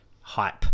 hype